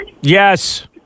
Yes